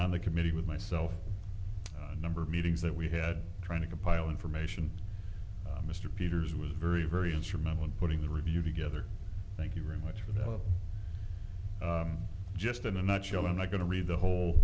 on the committee with myself a number of meetings that we had trying to compile information mr peters was very very instrumental in putting the review together thank you very much you know just in a nutshell i'm not going to read the whole